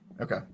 Okay